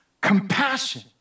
compassion